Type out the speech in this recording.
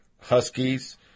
huskies